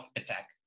attack